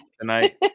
tonight